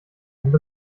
and